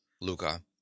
Luca